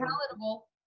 palatable